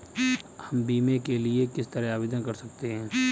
हम बीमे के लिए किस तरह आवेदन कर सकते हैं?